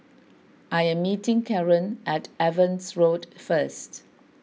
I am meeting Caren at Evans Road first